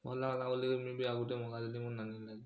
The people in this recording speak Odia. ଭଲ୍ ଲାଗଲା ବୋଲି କରି ମୁଇଁ ବି ଆଉ ଗୁଟେ ମଗାଇଲି ମୋ ନାନୀ ଲାଗି